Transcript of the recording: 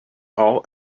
all